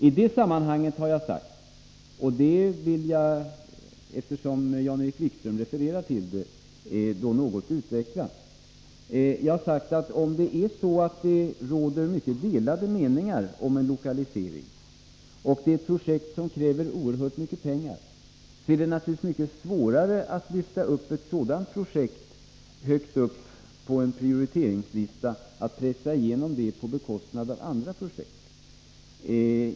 I det sammanhanget har jag sagt — eftersom Jan-Erik Wikström refererar till det vill jag något utveckla det — att det naturligtvis är mycket svårare att lyfta upp ett projekt högt upp på prioriteringslistan och pressa igenom det på bekostnad av andra projekt om det råder mycket delade meningar om lokaliseringen och om det gäller ett projekt som kräver oerhört mycket pengar.